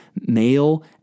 Male